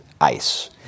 ice